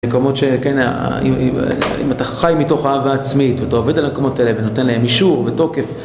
מקומות שכן, אם אתה חי מתוך אהבה עצמית ואתה עובד על המקומות האלה ונותן להם אישור ותוקף